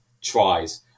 tries